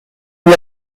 n’y